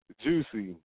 Juicy